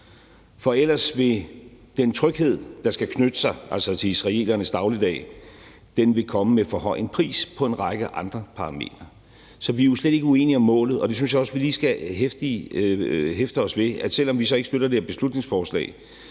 For ellers vil den tryghed, der skal knytte sig, altså til israelernes dagligdag, komme med for høj en pris på en række andre parametre. Vi er jo slet ikke uenige om målet, og det synes jeg også at vi lige skal hæfte os ved. Selv om vi ikke støtter det her beslutningsforslag,